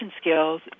skills